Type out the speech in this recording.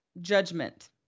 judgment